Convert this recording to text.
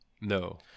no